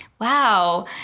wow